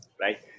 right